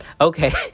okay